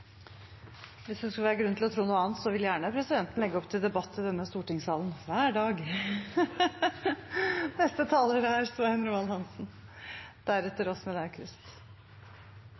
Hvis det skulle være grunn til å tro noe annet, vil presidenten gjerne legge opp til debatt i denne stortingssalen hver dag. Koronapandemien er